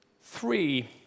Three